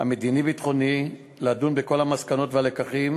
המדיני-ביטחוני לדון בכל המסקנות והלקחים